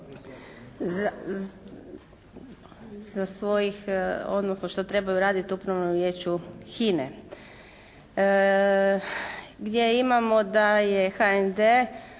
svojih, odnosno što trebaju raditi u Upravnom vijeću HINA-e. Gdje imamo da je HND